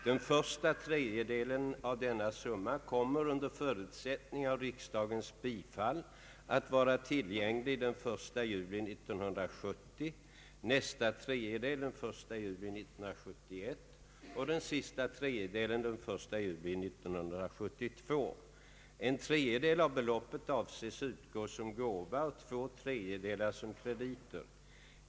Den första tredjedelen av denna summa kommer, under förutsättning av riksdagens bifall, att vara tillgänglig den 1 juli 1970, nästa tredjedel den i juli 1971 och den sista tredjedelen den 1 juli 1972. En tredjedel av beloppet avses utgå som gåva och två tredjedelar som krediter.